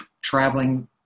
traveling